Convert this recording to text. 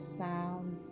sound